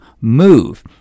move